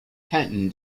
paton